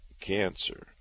cancer